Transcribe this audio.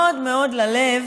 מאוד מאוד ללב,